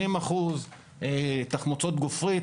80% תחמוצות גפרית.